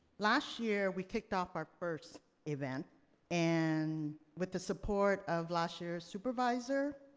last year we kicked off our first event and with the support of last year's supervisor,